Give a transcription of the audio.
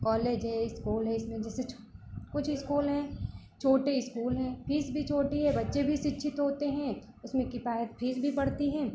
college है school है इसमें जैसे कुछ इस्कूल हैं छोटे इस्कूल हैं फ़ीस भी छोटी है बच्चे भी शिक्षित होते हैं उसमें किफायत फ़ीस भी पड़ती है